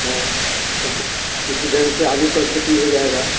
हँ तब इसी ढंग से आलू का खेती हो जाएगा